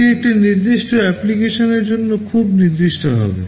এটি একটি নির্দিষ্ট অ্যাপ্লিকেশনের জন্য খুব নির্দিষ্ট হবে